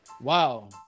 Wow